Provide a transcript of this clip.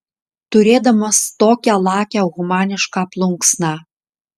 turėdamas tokią lakią humanišką plunksną